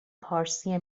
پارسی